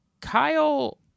Kyle